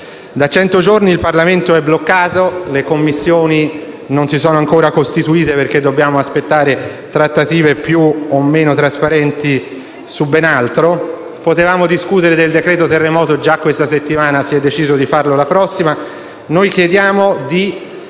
Da cento giorni il Parlamento è bloccato, le Commissioni non si sono ancora costituite perché dobbiamo aspettare trattative più o meno trasparenti su ben altro. Potevamo discutere del decreto-legge terremoto già questa settimana; si è deciso di farlo la prossima. Chiediamo di